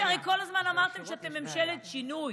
הרי כל הזמן אמרתם שאתם ממשלת שינוי,